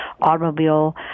automobile